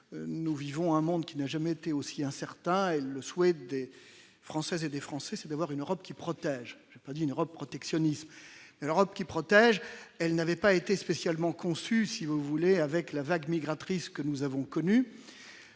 nous vivons un monde qui n'a jamais été aussi incertain et le souhait de Françaises et des Français, c'est d'avoir une Europe qui protège, je n'ai pas d'une Europe protectionnisme l'Europe qui protège, elle n'avait pas été spécialement conçu, si vous voulez, avec la vague migratrices que nous avons connu